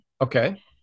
Okay